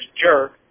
jerk